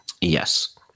Yes